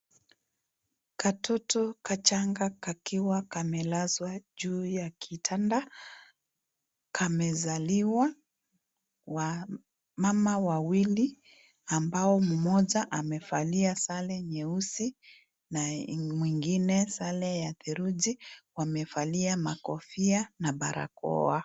Katoto kachanga kakiwa kamelazwa juu ya kitanda. Kamezaliwa. Wamama wawili ambao mmoja amevalia sare nyeusi na mwingine sare ya theluji. Wamevalia makofi na barakoa.